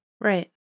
Right